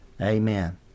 Amen